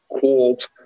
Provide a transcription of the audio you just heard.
called